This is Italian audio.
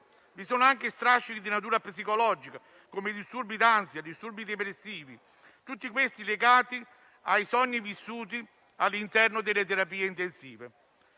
Vi sono anche strascichi di natura psicologica, come disturbi d'ansia e depressivi, tutti legati ai sogni vissuti all'interno delle terapie intensive.